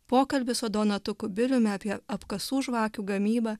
pokalbis su donatu kubiliumi apie apkasų žvakių gamybą